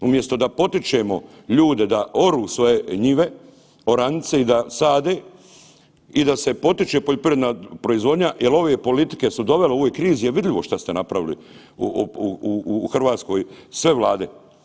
Umjesto da potičemo ljude da oru svoju njive, oranice i da sade i da se potiče poljoprivredna proizvodnja, jer ove politike su dovele, u ovoj krizi je vidljivo što ste napravili u Hrvatskoj sve vlade.